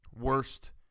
worst